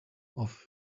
off